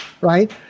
right